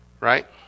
Right